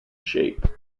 shape